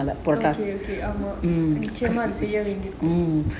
okay okay ஆமா நிச்சயமா செய்ய வேண்டியது இருக்கும்:aamaa nichayamaa seiya vendiyathu irukkum